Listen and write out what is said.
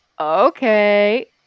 okay